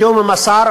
בתיאום עם השר,